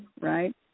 right